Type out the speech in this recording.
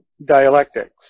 dialectics